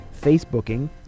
Facebooking